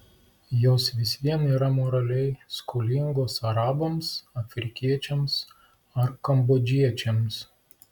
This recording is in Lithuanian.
jos vis vien yra moraliai skolingos arabams afrikiečiams ar kambodžiečiams